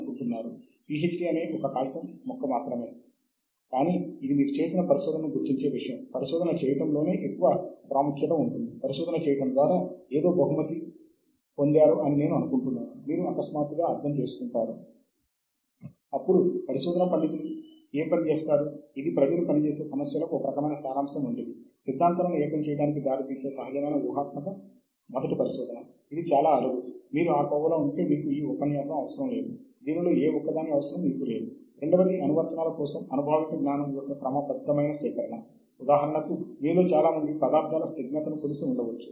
అనగా మీ పరిశోధనా సంస్థ లేదా విశ్వవిద్యాలయము లకు ప్రభుత్వమే నిధులు సమకూర్చితే అప్పుడు చాలా వరకు సాహిత్య శోధనకు అవసరమైన కొన్ని మూలాలను ఇండెస్ట్ కార్యక్రమము ద్వారా పొందవచ్చు